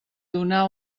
donar